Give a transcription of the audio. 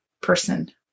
person